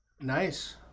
Nice